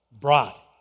brought